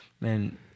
Man